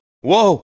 whoa